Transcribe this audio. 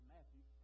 Matthew